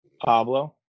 Pablo